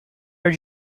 are